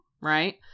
Right